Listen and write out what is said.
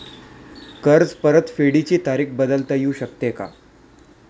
कर्ज परतफेडीची तारीख बदलता येऊ शकते का?